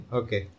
okay